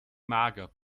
mager